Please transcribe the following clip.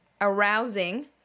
arousing